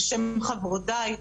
בשם חברותיי,